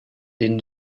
den